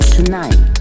Tonight